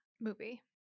movie